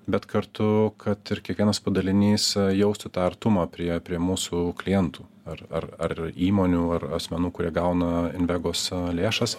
bet kartu kad ir kiekvienas padalinys jaustų tą artumą prie prie mūsų klientų ar ar ar įmonių ar asmenų kurie gauna invegos lėšas